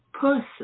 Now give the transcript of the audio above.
person